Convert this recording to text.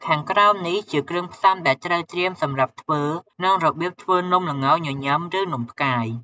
ខាងក្រោមនេះជាគ្រឿងផ្សំដែលត្រូវត្រៀមសម្រាប់ធ្វើ និងរបៀបធ្វើនំល្ងញញឹម ឬនំផ្កាយ។